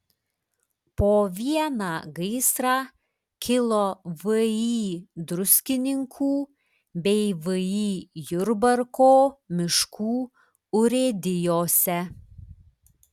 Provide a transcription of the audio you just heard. po vieną gaisrą kilo vį druskininkų bei vį jurbarko miškų urėdijose